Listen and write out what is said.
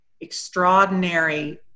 extraordinary